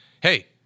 hey